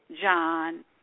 John